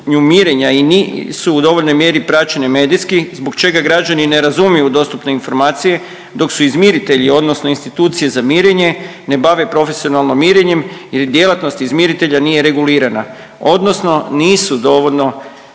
nisu u dovoljnoj mjeri praćene medijski zbog čega građani ne razumiju dostupne informacije dok su izmiritelji, odnosno institucije za mirenje ne bave profesionalno mirenjem ili djelatnost izmiritelja nije regulirana, odnosno nisu dovoljno